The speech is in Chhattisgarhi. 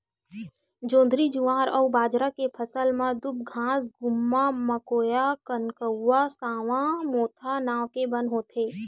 जोंधरी, जुवार अउ बाजरा के फसल म दूबघास, गुम्मा, मकोया, कनकउवा, सावां, मोथा नांव के बन होथे